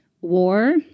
war